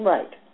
Right